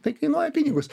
tai kainuoja pinigus